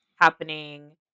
happening